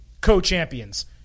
Co-champions